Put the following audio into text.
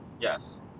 yes